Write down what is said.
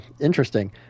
Interesting